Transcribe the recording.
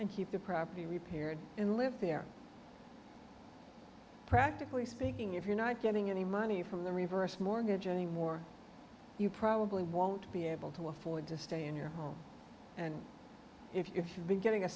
and keep the property repaired and live there practically speaking if you're not getting any money from the reverse mortgage anymore you probably won't be able to afford to stay in your home and if you've been getting a